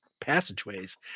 passageways